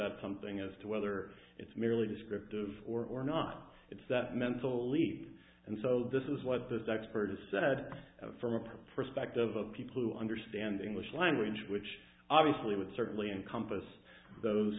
at something as to whether it's merely descriptive or not it's that mental leap and so this is what this expert has said for a perspective of people who understand english language which obviously would certainly encompass those